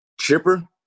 Chipper